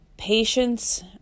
Patience